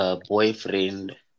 Boyfriend